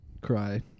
cry